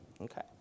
Okay